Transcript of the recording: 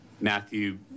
Matthew